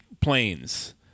planes